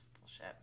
Bullshit